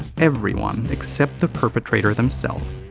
everyone except the perpetrator themself.